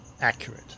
accurate